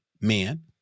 men